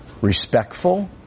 respectful